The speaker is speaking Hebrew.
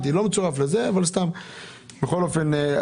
בכל אופן,